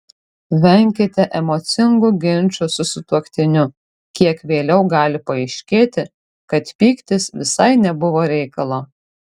venkite emocingų ginčų su sutuoktiniu kiek vėliau gali paaiškėti kad pyktis visai nebuvo reikalo